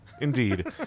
indeed